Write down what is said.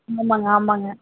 ஆமாம்ங்க ஆமாம்ங்க